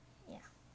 ya